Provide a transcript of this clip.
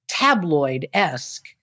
tabloid-esque